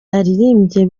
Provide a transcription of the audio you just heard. aririmbye